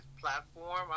platform